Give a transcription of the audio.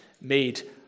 Made